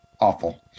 awful